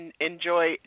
enjoy